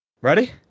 Ready